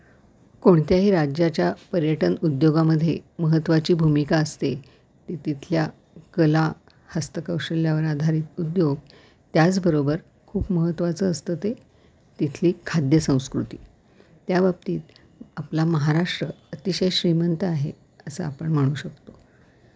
कोणत्याही राज्याच्या पर्यटन उद्योगामध्ये महत्त्वाची भूमिका असते ती तिथल्या कला हस्तकौशल्यावर आधारित उद्योग त्याचबरोबर खूप महत्त्वाचं असतं ते तिथली खाद्य संस्कृती त्याबाबतीत आपला महाराष्ट्र अतिशय श्रीमंत आहे असं आपण म्हणू शकतो